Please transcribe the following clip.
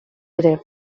ere